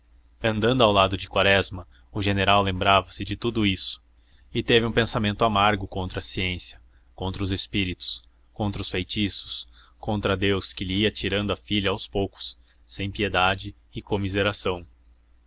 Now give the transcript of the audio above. andando ao lado de quaresma o general lembrava-se de tudo isso e teve um pensamento amargo contra a ciência contra os espíritos contra os feitiços contra deus que lhe ia tirando a filha aos poucos sem piedade e comiseração